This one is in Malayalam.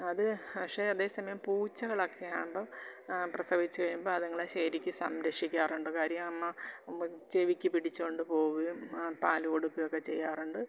അത് പക്ഷേ അതേ സമയം പൂച്ചകളൊക്കെയാകുമ്പം പ്രസവിച്ച് കഴിയുമ്പം അതുങ്ങളെ ശരിക്ക് സംരക്ഷിക്കാറുണ്ട് കാര്യം അമ്മ ചെവിക്ക് പിടിച്ചോണ്ട് പോവുകയും പാൽ കൊടുക്കയൊക്കെ ചെയ്യാറുണ്ട്